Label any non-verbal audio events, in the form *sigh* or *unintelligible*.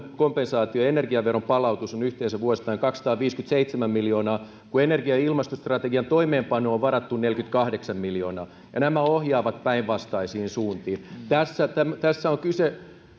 *unintelligible* kompensaatio ja energiaveron palautus on yhteensä vuosittain kaksisataaviisikymmentäseitsemän miljoonaa kun energia ja ilmastostrategian toimeenpanoon on varattu neljäkymmentäkahdeksan miljoonaa ja nämä ohjaavat päinvastaisiin suuntiin tässä tässä on kyse